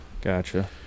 Gotcha